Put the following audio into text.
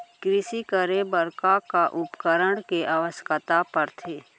कृषि करे बर का का उपकरण के आवश्यकता परथे?